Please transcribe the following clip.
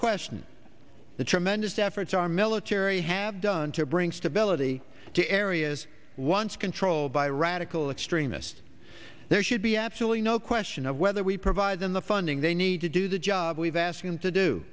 question the tremendous efforts our military have done to bring stability to areas once controlled by radical extremists there should be absolutely no question of whether we provide them the funding they need to do the job we've asked them to do